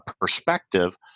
perspective